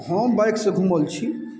हम बाइकसँ घूमल छी